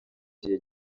gihe